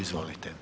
Izvolite.